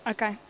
Okay